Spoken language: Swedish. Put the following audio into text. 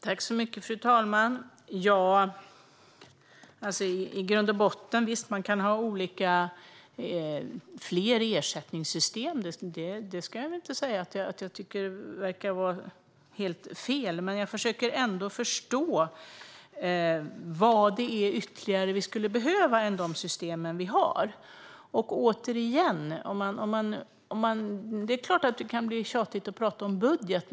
Fru talman! Visst kan man i grund och botten ha fler ersättningssystem. Jag tycker inte att det verkar helt fel. Men jag försöker ändå förstå vilka ytterligare system än de vi har som vi skulle behöva. Återigen - det kan såklart bli tjatigt att prata om budget.